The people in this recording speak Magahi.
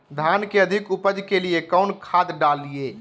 धान के अधिक उपज के लिए कौन खाद डालिय?